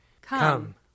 Come